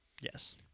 Yes